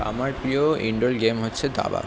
আমার প্রিয় indoor game হচ্ছে দাবা